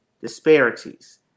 disparities